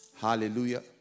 Hallelujah